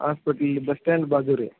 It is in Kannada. ಆಸ್ಪಿಟ್ಲ್ ಇಲ್ಲಿ ಬಸ್ ಸ್ಟ್ಯಾಂಡ್ ಬಾಜು ರೀ